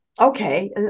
okay